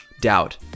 doubt